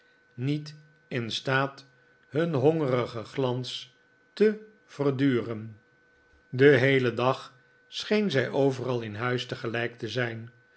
niet in staat hun hongerigen glans te verduren den heelen dag scheen zij overal in huis tegelijk te zijn